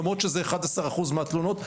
למרות שזה 11% מן התלונות,